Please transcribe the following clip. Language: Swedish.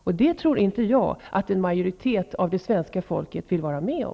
Och det tror inte jag att en majoritet av det svenska folket vill vara med om.